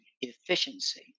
efficiency